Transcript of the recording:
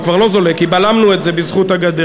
הוא כבר לא זולג, כי בלמנו את זה בזכות הגדר.